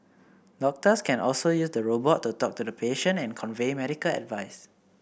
doctors can also use the robot to talk to the patient and convey medical advice